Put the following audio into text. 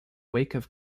wake